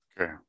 Okay